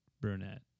brunette